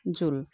জোল